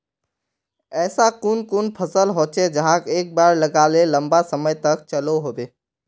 ऐसा कुन कुन फसल होचे जहाक एक बार लगाले लंबा समय तक चलो होबे?